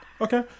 Okay